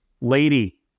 Lady